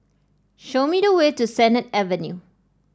show me the way to Sennett Avenue